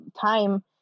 time